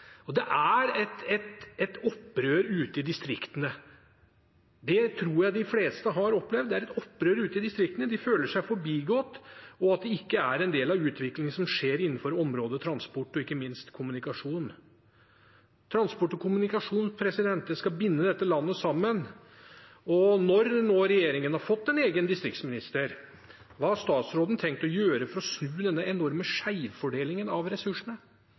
Det er et opprør ute i distriktene. Det tror jeg de fleste har opplevd. Det er et opprør ute i distriktene. De føler seg forbigått og at de ikke er en del av utviklingen som skjer innenfor området transport og ikke minst kommunikasjon. Transport og kommunikasjon skal binde dette landet sammen. Når regjeringen nå har fått en egen distriktsminister, hva har statsråden tenkt å gjøre for å snu denne enorme skjevfordelingen av ressursene?